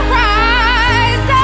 rise